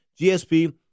GSP